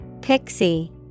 Pixie